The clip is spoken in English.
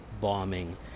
bombing